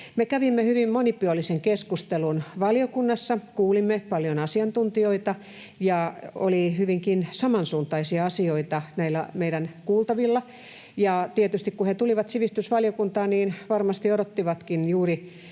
Me kävimme hyvin monipuolisen keskustelun valiokunnassa, kuulimme paljon asiantuntijoita ja oli hyvinkin samansuuntaisia asioita näillä meidän kuultavilla, ja tietysti, kun he tulivat sivistysvaliokuntaan, niin varmasti odottivatkin juuri